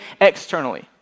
externally